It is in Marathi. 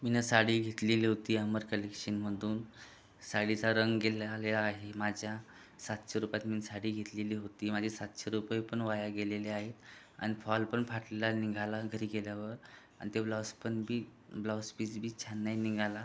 मी ना साडी घेतलेली होती अमर कलेक्शनमधून साडीचा रंग गेला आले आहे माझ्या सातशे रुपयात मी साडी घेतलेली होती माझे सातशे रुपये पण वाया गेलेले आहे आणि फॉल पण फाटलेला निघाला घरी गेल्यावर आणि ते ब्लाऊस पण बी ब्लाऊस पीस बी छान नाही निघाला